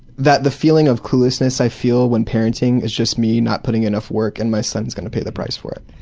that the feeling of cluelessness i feel when parenting is just me not putting enough work and my son's going to pay the price for it.